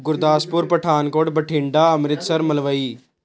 Gurdaspur Pathankot Bathinda Amritsar Malwai